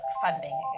funding